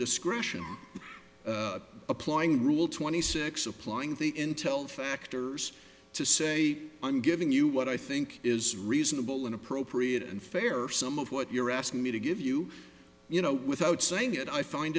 discretion applying rule twenty six applying the intel factors to say i'm giving you what i think is reasonable and appropriate and fair some of what you're asking me to give you you know without saying it i find